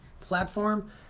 platform